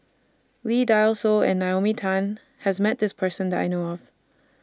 Lee Dai Soh and Naomi Tan has Met This Person that I know of